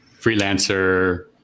freelancer